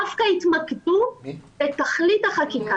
דווקא התמקדו בתכלית החקיקה.